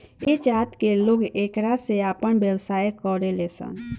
ऐह जात के लोग एकरे से आपन व्यवसाय करेलन सन